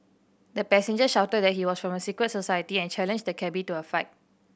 the passenger shouted that he was from a secret society and challenged the cabby to a fight